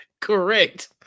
Correct